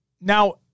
Now